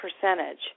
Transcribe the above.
percentage